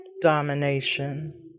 domination